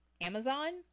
Amazon